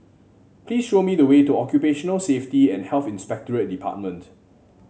please show me the way to Occupational Safety and Health Inspectorate Department